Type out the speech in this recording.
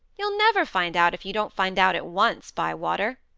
you'll never find out, if you don't find out at once, bywater,